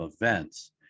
events